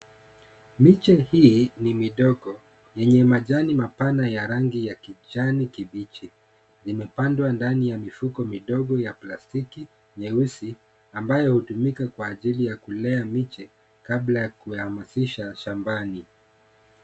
Miche hii ni midogo. Yenye majani mapana ya rangi ya kijani kibichi. Zimepandwa ndani ya mifuko midogo ya plastiki nyeusi, ambayo hutumika kwa ajili ya kulea miche kabla ya kuyahamasisha shambani.